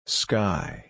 sky